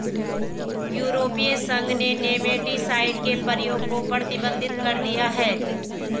यूरोपीय संघ ने नेमेटीसाइड के प्रयोग को प्रतिबंधित कर दिया है